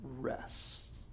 rest